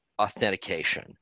authentication